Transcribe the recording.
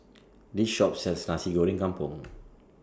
This Shop sells Nasi Goreng Kampung